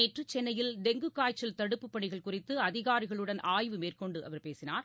நேற்று சென்னையில் டெங்கு காய்ச்சல் தடுப்புப் பணிகள் குறித்து அதிகாரிகளுடன் ஆய்வு மேற்கொண்டு அவர் பேசினார்